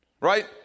right